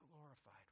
glorified